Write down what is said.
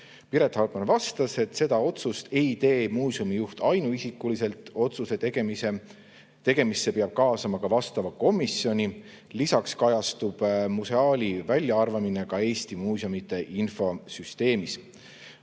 Piret Hartman vastas, et seda otsust ei teegi muuseumi juht ainuisikuliselt, vaid otsuse tegemisse peab kaasama ka vastava komisjoni. Lisaks kajastub museaali väljaarvamine ka Eesti muuseumide infosüsteemis.